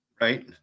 right